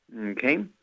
Okay